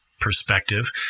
perspective